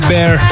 Bear